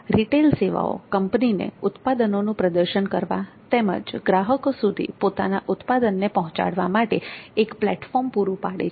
retail સેવાઓ કંપનીને ઉત્પાદનોનું પ્રદર્શન કરવા તેમજ ગ્રાહકો સુધી પોતાના ઉત્પાદનને પહોંચાડવા માટે એક પ્લેટફોર્મ પૂરું પાડે છે